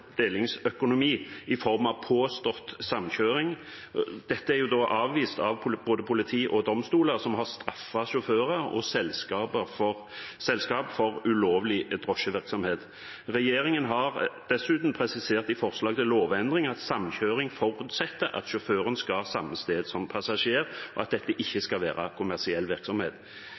delingsøkonomi i form av påstått samkjøring. Dette er avvist av både politi og domstoler, som har straffet sjåfører og selskap for ulovlig drosjevirksomhet. Regjeringen har dessuten presisert i forslag til lovendring at samkjøring forutsetter at sjåføren skal samme sted som passasjeren, og at dette ikke skal være kommersiell virksomhet.